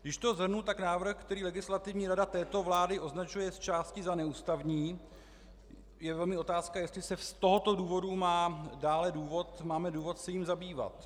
Když to shrnu, tak návrh, který Legislativní rada této vlády označuje zčásti za neústavní, je velmi otázka, jestli se z tohoto důvodu máme dále důvod se jím zabývat.